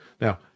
Now